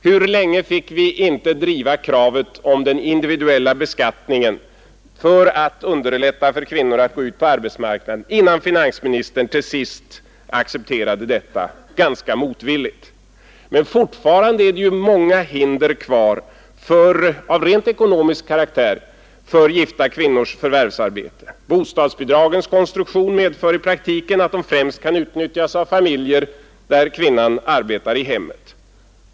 Hur länge fick vi inte driva kravet om den individuella beskattningen för att underlätta för kvinnor att gå ut på arbetsmarknaden, innan finansministern till sist accepterade detta, ganska motvilligt. Fortfarande är det ju många hinder kvar — av rent ekonomisk karaktär — för gifta kvinnors förvärvsarbete. Bostadsbidragens konstruktion medför i praktiken att de främst kan utnyttjas av familjer där kvinnan arbetar i hemmet.